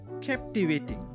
Captivating